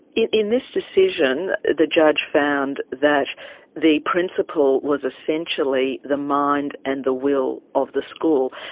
in in this decision the judge found that the principal was essentially the mind and the will of the school.